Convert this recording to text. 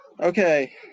Okay